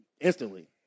Instantly